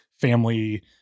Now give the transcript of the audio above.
family